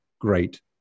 great